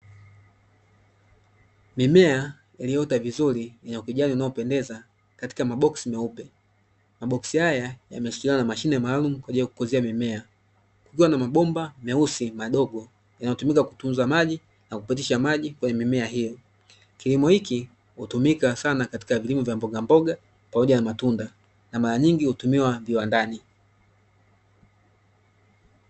Mimea iliyoota vizuri yenye ukijani unaopendeza katika maboksi meupe. Maboksi haya yameshikiliwa na mashine maalumu kwa ajili ya kukuzia mimea. Kukiwa na mabomba meusi, madogo yanayotumika kutunza maji na kupitisha maji kwenye mimea hiyo. Kilimo hiki hutumika sana katika vilimo vya mbogamboga, pamoja na matunda. Na mara nyingi hutumiwa viwandani.